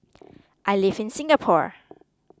I live in Singapore